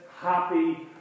happy